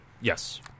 Yes